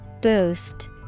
Boost